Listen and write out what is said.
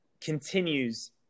continues